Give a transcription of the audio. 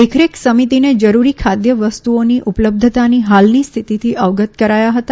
દેખરેખ સમિતિને જરૂરી ખાદ્ય વસ્તુઓની ઉપલબ્ધતાની ફાલની સ્થિતિથી અવગત કરાયા હતા